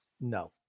No